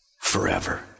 forever